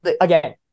Again